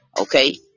Okay